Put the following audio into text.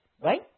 right